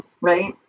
right